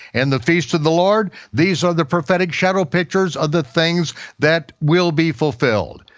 and the feast of the lord. these are the prophetic shadow pictures of the things that will be fulfilled.